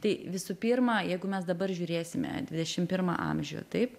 tai visų pirma jeigu mes dabar žiūrėsime dvidešim pirmą amžių taip